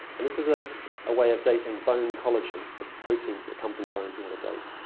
and this is a ah way of dating bone collagen, the proteins that come from the bones we want to date,